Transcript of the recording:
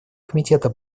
комитета